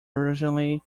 originally